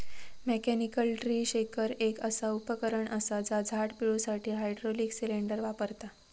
mechanical tree shaker एक असा उपकरण असा जा झाड पिळुसाठी हायड्रॉलिक सिलेंडर वापरता